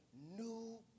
new